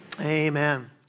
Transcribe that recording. amen